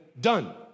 done